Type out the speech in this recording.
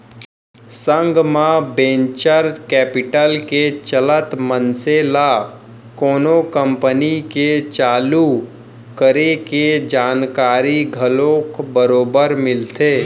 संग म venture capital के चलत मनसे ल कोनो कंपनी के चालू करे के जानकारी घलोक बरोबर मिलथे